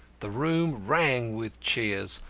the room rang with cheers.